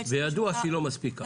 וידוע שהיא לא מספיקה.